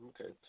Okay